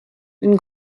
une